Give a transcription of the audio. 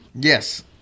Yes